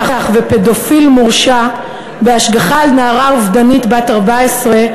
ופדופיל מורשע בהשגחה על נערה אובדנית בת 14,